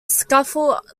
scuffle